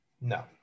No